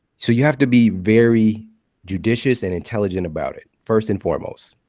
so you have to be very judicious and intelligent about it first and foremost.